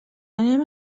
anem